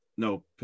No